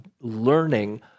learning